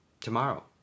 Tomorrow